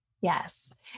Yes